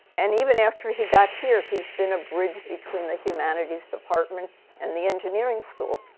and even after he got here, he's been a bridge between the humanities department and the engineering school.